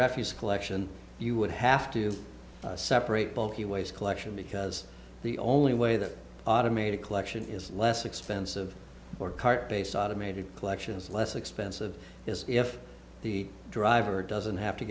refuse collection you would have to separate bulky waste collection because the only way that automated collection is less expensive or cart based automated collection is less expensive is if the driver doesn't have to